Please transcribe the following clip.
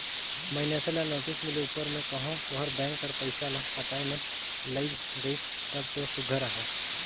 मइनसे ल नोटिस मिले उपर में कहो ओहर बेंक कर पइसा ल पटाए में लइग गइस तब दो सुग्घर अहे